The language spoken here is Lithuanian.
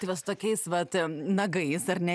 tai va su tokiais vat nagais ar ne